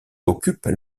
occupent